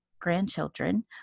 grandchildren